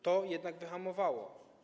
To jednak wyhamowało.